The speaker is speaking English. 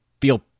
feel